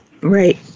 Right